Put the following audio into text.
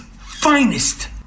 finest